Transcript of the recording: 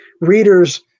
readers